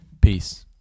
Peace